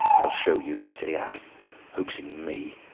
i'll show you, you silly ass hoaxing me!